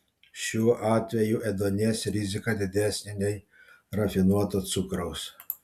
šiuo atveju ėduonies rizika didesnė nei rafinuoto cukraus